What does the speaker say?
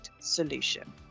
solution